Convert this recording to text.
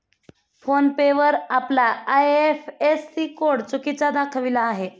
phone पे वर आपला IFSC code चुकीचा दाखविला आहे